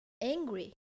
angry